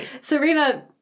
serena